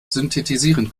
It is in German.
synthetisieren